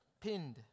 Pinned